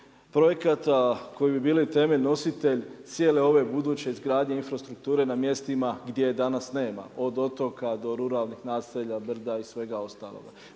projekata koji bi bili temelj, nositelj, cijele ove buduće izgradnje infrastrukture na mjestima gdje ih danas nema, od otoka, do ruralnih naselja …/Govornik